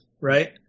right